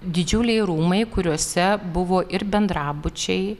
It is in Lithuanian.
didžiuliai rūmai kuriuose buvo ir bendrabučiai